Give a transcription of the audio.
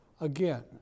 Again